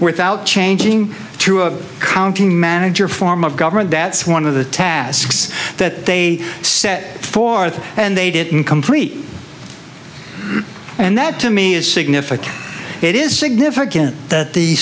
without changing to a county manager form of government that's one of the tasks that they set forth and they didn't complete and that to me is significant it is significant that the